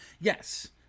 Yes